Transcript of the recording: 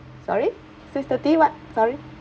sorry six thirty what sorry